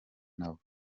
nabo